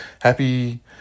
Happy